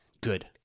Good